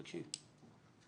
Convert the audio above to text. תקשיב,